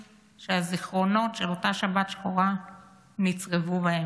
שהזיכרונות של אותה שבת שחורה נצרבו בהם,